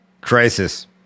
crisis